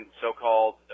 so-called